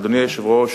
אדוני היושב-ראש,